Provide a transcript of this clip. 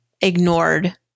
ignored